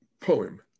poem